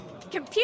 Computer